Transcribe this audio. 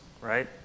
right